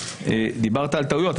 דיברת על טעויות,